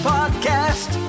Podcast